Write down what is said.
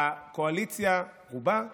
הקואליציה, רובה,